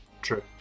true